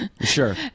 Sure